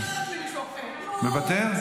-- מוותר?